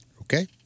Okay